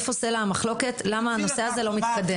איפה סלע המחלוקת ולמה הנושא הזה לא מתקדם?